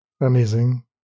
Amazing